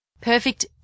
Perfect